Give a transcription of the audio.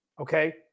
okay